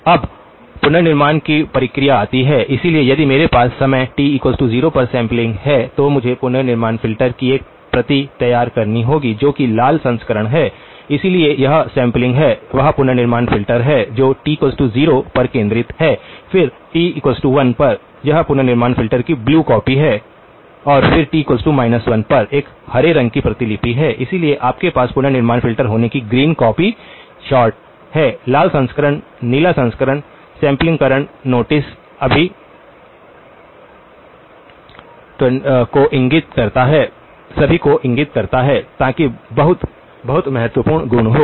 अब पुनर्निर्माण की प्रक्रिया आती है इसलिए यदि मेरे पास समय t 0 पर सैंपलिंग है तो मुझे पुनर्निर्माण फ़िल्टर की एक प्रति तैयार करनी होगी जो कि लाल संस्करण है इसलिए यह सैंपलिंग है वह पुनर्निर्माण फ़िल्टर है जो t 0 पर केंद्रित है फिर t 1 पर यह पुनर्निर्माण फ़िल्टर की ब्लू कॉपी है और फिर t 1 पर एक हरे रंग की प्रतिलिपि है इसलिए आपके पास पुनर्निर्माण फ़िल्टर होने की ग्रीन कॉपी सॉर्ट है लाल संस्करण नीला संस्करण सैंपलिंगकरण नोटिस सभी 2527 को इंगित करता है ताकि बहुत बहुत महत्वपूर्ण गुण हो